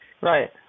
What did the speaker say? Right